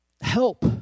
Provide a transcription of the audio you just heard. help